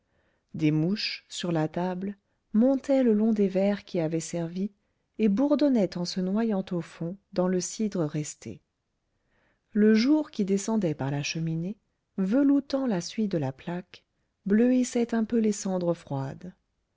des mouches sur la table montaient le long des verres qui avaient servi et bourdonnaient en se noyant au fond dans le cidre resté le jour qui descendait par la cheminée veloutant la suie de la plaque bleuissait un peu les cendres froides